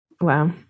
Wow